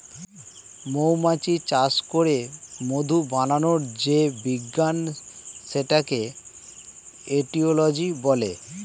মৌমাছি চাষ করে মধু বানানোর যে বিজ্ঞান সেটাকে এটিওলজি বলে